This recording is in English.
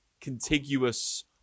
contiguous